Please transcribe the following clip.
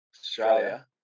Australia